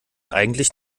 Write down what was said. eigentlich